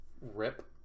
rip